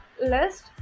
list